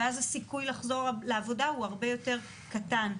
ואז הסיכוי לחזור לעבודה הוא הרבה יותר קטן.